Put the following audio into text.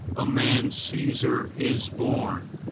a man caesar is born,